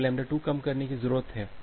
तो λ2 कम करने की जरूरत है